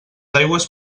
aigües